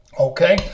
Okay